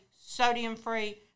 sodium-free